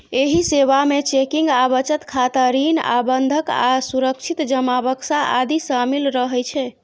एहि सेवा मे चेकिंग आ बचत खाता, ऋण आ बंधक आ सुरक्षित जमा बक्सा आदि शामिल रहै छै